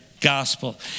gospel